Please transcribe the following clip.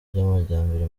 by’amajyambere